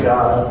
God